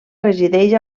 resideix